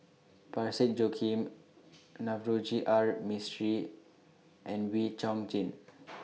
Parsick Joaquim Navroji R Mistri and Wee Chong Jin